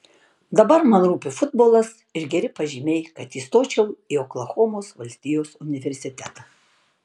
dabar man rūpi futbolas ir geri pažymiai kad įstočiau į oklahomos valstijos universitetą